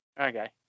Okay